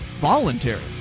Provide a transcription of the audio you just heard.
voluntary